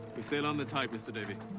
we sail on the tide, mr. davey.